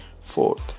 Fourth